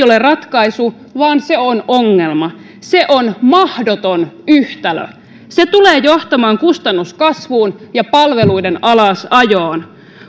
ole ratkaisu vaan se on ongelma se on mahdoton yhtälö se tulee johtamaan kustannuskasvuun ja palveluiden alasajoon